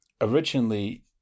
originally